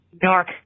dark